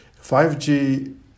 5G